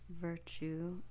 virtue